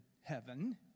heaven